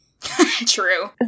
True